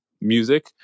music